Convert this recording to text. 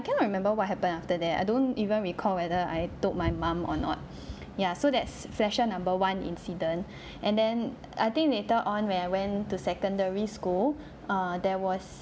I cannot remember what happened after that I don't even recall whether I told my mum or not yeah so that's session number one incident and then I think later on when I went to secondary school err there was